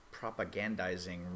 propagandizing